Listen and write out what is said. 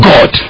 God